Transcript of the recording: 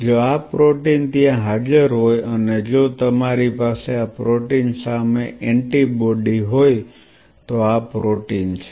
જો આ પ્રોટીન ત્યાં હાજર હોય અને જો તમારી પાસે આ પ્રોટીન સામે એન્ટિબોડી હોય તો આ પ્રોટીન છે